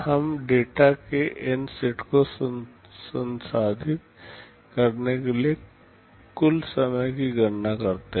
हम डेटा के N set को संसाधित करने के लिए कुल समय की गणना करते हैं